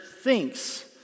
thinks